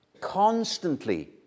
constantly